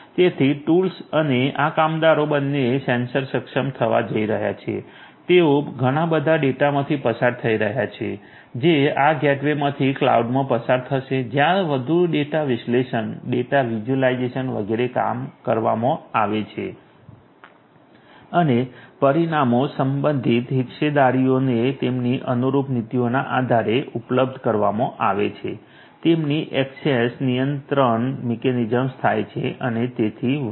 તેથી ટૂલ્સ અને આ કામદારો બંને સેન્સર સક્ષમ થવા જઈ રહ્યા છે તેઓ ઘણા બધા ડેટામાંથી પસાર થઈ રહ્યા છે જે આ ગેટવેમાંથી ક્લાઉડમાં પસાર થશે જ્યાં વધુ ડેટા વિશ્લેષણ ડેટા વિઝ્યુલાઇઝેશન વગેરે કરવામાં આવે છે અને પરિણામો સંબંધિત હિસ્સેદારોને તેમની અનુરૂપ નીતિઓના આધારે ઉપલબ્ધ કરાવવામાં આવે છે તેમની ઍક્સેસ નિયંત્રણ મિકેનિઝમ્સ થાય છે અને તેથી વધુ